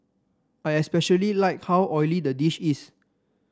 I especially like how oily the dish is